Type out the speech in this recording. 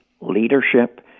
leadership